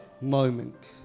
moment